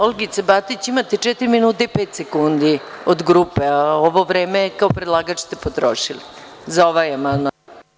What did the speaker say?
Olgica Batić, imate četiri minuta i pet sekundi od grupe, a ovo vreme kao predlagač ste potrošili za ovaj amandman.